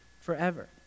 forever